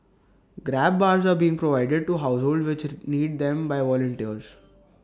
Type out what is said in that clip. grab bars are being provided to households which need them by volunteers